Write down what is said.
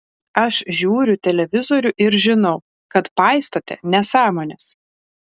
aš žiūriu televizorių ir žinau kad paistote nesąmones